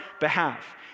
behalf